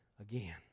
again